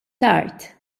tard